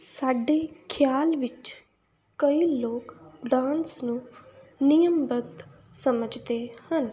ਸਾਡੇ ਖਿਆਲ ਵਿੱਚ ਕਈ ਲੋਕ ਡਾਂਸ ਨੂੰ ਨਿਯਮਬੱਧ ਸਮਝਦੇ ਹਨ